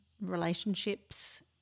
relationships